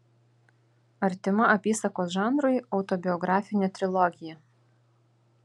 artima apysakos žanrui autobiografinė trilogija